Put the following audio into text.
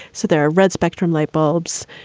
so there are red spectrum light bulbs.